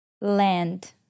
land